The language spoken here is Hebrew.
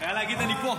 זה היה להגיד "אני פה".